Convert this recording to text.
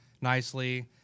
nicely